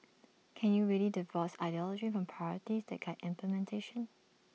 can you really divorce ideology from priorities that guide implementation